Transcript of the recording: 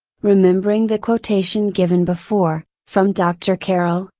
remembering the quotation given before, from doctor cairel,